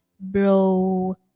Bro